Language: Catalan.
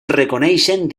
reconeixen